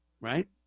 right